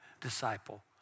disciple